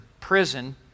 prison